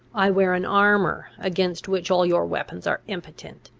i wear an armour, against which all your weapons are impotent.